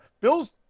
bills